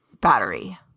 battery